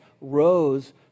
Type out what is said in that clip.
rose